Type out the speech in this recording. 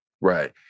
right